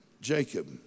Jacob